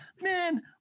Man